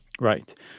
Right